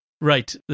Right